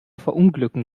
verunglücken